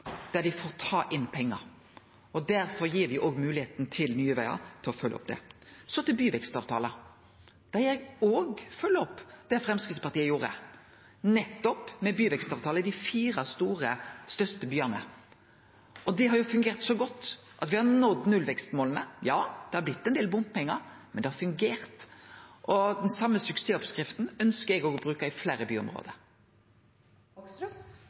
der dei får ta inn pengar, og derfor gir me òg moglegheita til Nye Vegar til å følje opp det. Så til byvekstavtalar, der eg òg følgjer opp det Framstegspartiet gjorde, nettopp med byvekstavtale i dei fire største byane. Det har jo fungert så godt at me har nådd nullvekstmåla. Ja, det har blitt ein del bompengar, men det har fungert. Den same suksessoppskrifta ønskjer eg òg å bruke i fleire